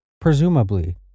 Presumably